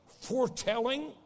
foretelling